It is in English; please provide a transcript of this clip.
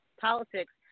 politics